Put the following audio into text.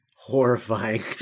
Horrifying